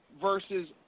versus